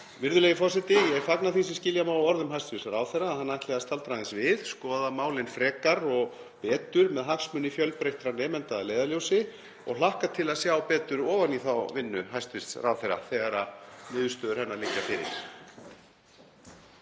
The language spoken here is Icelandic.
Virðulegi forseti. Ég fagna því sem skilja má af orðum hæstv. ráðherra að hann ætli að staldra aðeins við, skoða málin frekar og betur með hagsmuni fjölbreyttra nemenda að leiðarljósi og hlakka til að sjá betur ofan í þá vinnu hæstv. ráðherra þegar niðurstöður hennar liggja fyrir.